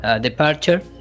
departure